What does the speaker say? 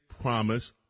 promise